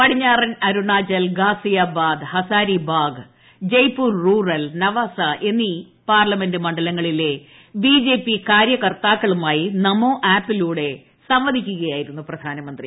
പടിഞ്ഞാറൻ അരുണാചൽ ഗാസിയാബാദ് ഹസാരിബാഗ് ജയ്പൂർ റൂറൽ നവാസാ എന്നീ പാർലമെന്റ് മണ്ഡലങ്ങളിലെ ബി ജെ പി കാര്യകർത്താക്കളുമായി നമോ ആപ്പിലൂടെ സംവദിക്കുകയായിരുന്നു പ്രധാനമന്ത്രി